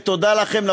ותודה לכם,